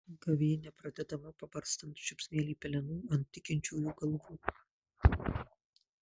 gavėnia pradedama pabarstant žiupsnelį pelenų ant tikinčiųjų galvų